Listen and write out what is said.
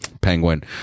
Penguin